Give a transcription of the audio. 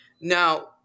Now